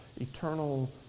eternal